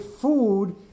food